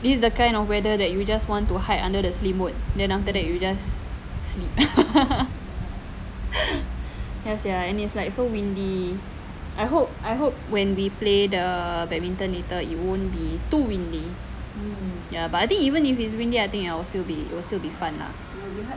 this is the kind of weather that you just want to hide under the selimut then after that you just sleep ya sia it's like so windy I hope I hope when we play the badminton later it won't be too windy ya but I think even if it's windy I think I will still be fun lah